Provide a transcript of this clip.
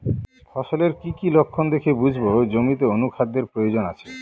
ফসলের কি কি লক্ষণ দেখে বুঝব জমিতে অনুখাদ্যের প্রয়োজন আছে?